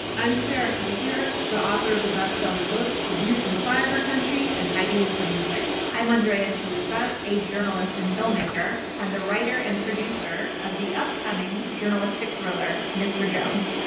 i'm sarah kendzior, the author of the bestselling books, the view from flyover country, and, hiding in plain sight. i'm andrea chalupa, a journalist and filmmaker, and the writer and producer of the upcoming journalistic thriller, mr jones.